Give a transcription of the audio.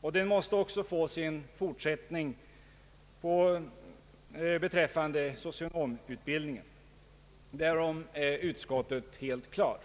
och den måste få sin fortsättning beträffande socionomutbildningen — detta är utskottet helt på det klara med.